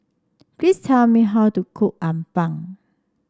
please tell me how to cook appam